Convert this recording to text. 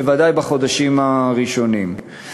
ודאי בחודשים הראשונים.